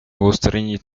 устранить